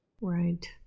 Right